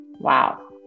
Wow